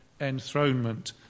enthronement